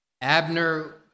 Abner